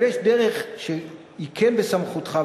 אבל יש דרך שהיא כן בסמכותך,